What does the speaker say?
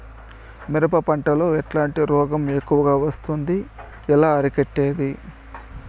మిరప పంట లో ఎట్లాంటి రోగం ఎక్కువగా వస్తుంది? ఎలా అరికట్టేది?